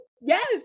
Yes